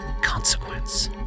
consequence